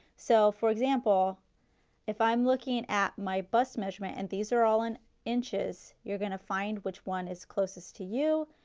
so for example if i am looking at my bust measurement and these are all in inches, you are going to find which one is closest to you,